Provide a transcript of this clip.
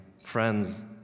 Friends